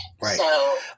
Right